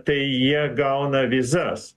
tai jie gauna vizas